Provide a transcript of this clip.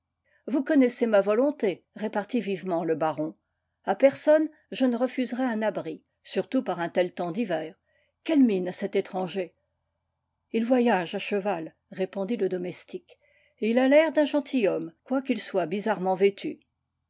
vous connaissez ma volonté repartit vivement le baron à personne je ne refuserai un abri surtout par un tel temps d'hiver quelle mine a cet étranger il voyage à cheval répondit le domestique et il a l'air d'un gentilhomme quoiqu'il soit bizarrement vêtu